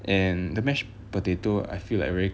and the mash potato I feel like very